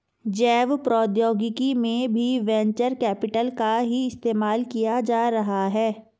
जैव प्रौद्योगिकी में भी वेंचर कैपिटल का ही इस्तेमाल किया जा रहा है